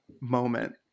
moment